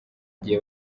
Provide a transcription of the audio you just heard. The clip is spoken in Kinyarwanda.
gihe